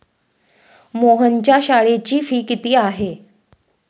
मोहनच्या शाळेची फी किती आहे?